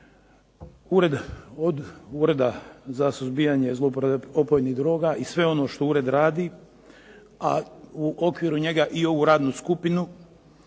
Ureda za suzbijanje zlouporabe opojnih droga i sve ono što ured radi, a u okviru njega i ovu radnu skupinu